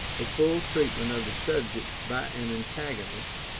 a full treatment of the subject by an antagonist,